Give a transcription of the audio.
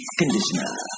Conditioner